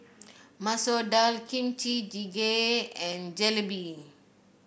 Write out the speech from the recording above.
Masoor Dal Kimchi Jjigae and Jalebi